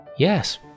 Yes